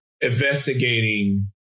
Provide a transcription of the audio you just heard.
investigating